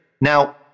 Now